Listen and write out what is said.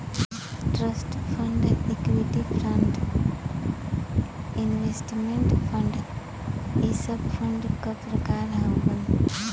trust fund equity fund investment fund इ सब fund क प्रकार हउवन